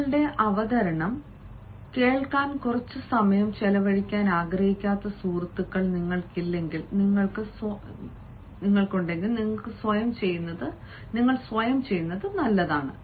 നിങ്ങളുടെ അവതരണം കേൾക്കാൻ കുറച്ച് സമയം ചെലവഴിക്കാൻ ആഗ്രഹിക്കാത്ത സുഹൃത്തുക്കൾ നിങ്ങൾക്കില്ലെങ്കിൽ നിങ്ങൾ സ്വയം ചെയ്യുന്നത് നല്ലതാണ്